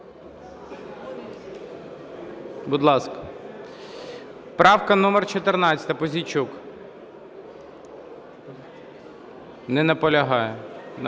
Будь ласка. Правка номер 14, Пузійчук. Не наполягає.